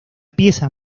pieza